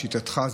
לשיטתך.